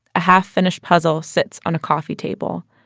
a half-finished puzzle sits on a coffee table.